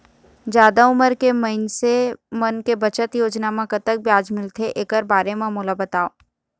जादा उमर के मइनसे मन के बचत योजना म कतक ब्याज मिलथे एकर बारे म मोला बताव?